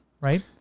right